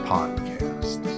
Podcast